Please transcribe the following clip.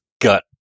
gut